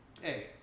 hey